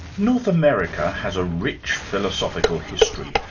north america has a rich philosophical history,